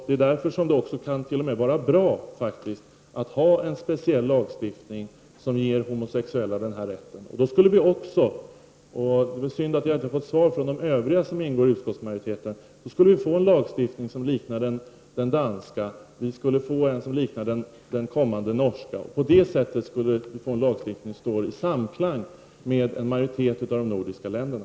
Det är därför som det t.o.m. kan vara bra att ha en speciallagstiftning som ger homosexuella den här rätten. Det var synd att jag inte fick något svar från de övriga som ingår i utskottsmajoriteten. Det vore bra om vi fick en lagstiftning som liknade den danska och den kommande norska. På det sättet skulle vår lagstiftning stå i samklang med lagstiftningen i en majoritet av de nordiska länderna.